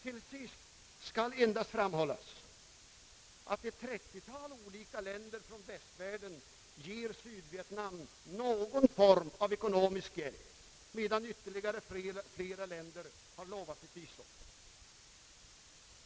Till sist skall endast framhållas, att 30 olika länder från västvärlden ger Sydvietnam någon form av ekonomisk hjälp medan ytterligare flera andra länder har lovat sitt bistånd.